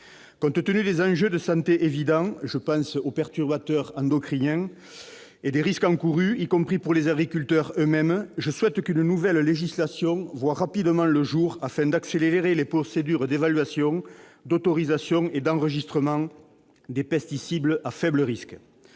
Compte tenu des enjeux de santé évidents- je pense aux perturbateurs endocriniens -et des risques encourus, y compris pour les agriculteurs eux-mêmes, je souhaite qu'une nouvelle législation voie rapidement le jour, afin d'accélérer les procédures d'évaluation, d'autorisation et d'enregistrement des pesticides à faibles risques.